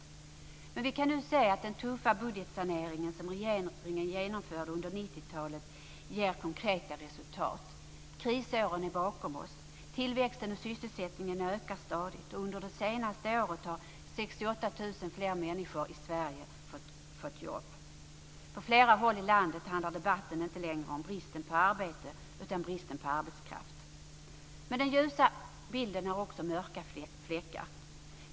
Men vi kan nu se att den tuffa budgetsaneringen som regeringen genomförde under 90-talet ger konkreta resultat. Krisåren är bakom oss. Tillväxten och sysselsättningen ökar stadigt. Under det senaste året har 68 000 fler människor i Sverige fått jobb. På flera håll i landet handlar debatten inte längre om bristen på arbete, utan om bristen på arbetskraft. Men den ljusa bilden har också mörka fläckar.